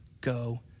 go